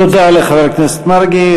תודה לחבר הכנסת מרגי.